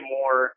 more